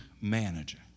manager